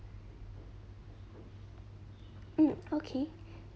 hmm okay